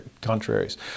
contraries